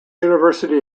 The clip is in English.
university